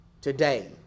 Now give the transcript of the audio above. today